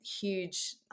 huge